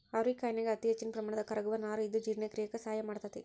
ಅವರಿಕಾಯನ್ಯಾಗ ಅತಿಹೆಚ್ಚಿನ ಪ್ರಮಾಣದ ಕರಗುವ ನಾರು ಇದ್ದು ಜೇರ್ಣಕ್ರಿಯೆಕ ಸಹಾಯ ಮಾಡ್ತೆತಿ